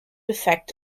effect